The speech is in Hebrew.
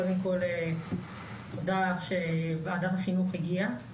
תודה שוועדת החינוך הגיעה.